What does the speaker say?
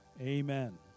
amen